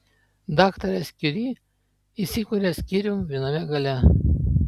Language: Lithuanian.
daktaras kiuri įsikuria skyrium viename gale